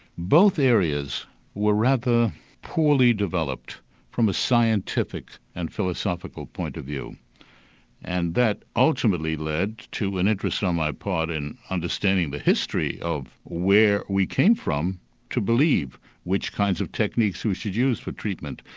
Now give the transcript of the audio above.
both areas were rather poorly developed from a scientific and philosophical point of view and that ultimately led to an interest on my part in understanding the history of where we came from to believe which kinds of techniques we should use for treatment,